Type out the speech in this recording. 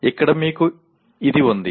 ఇక్కడ మీకు ఇది ఉంది